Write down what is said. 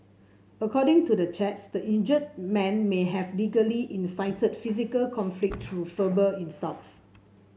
according to the chats the injured man may have allegedly incited physical conflict through verbal insults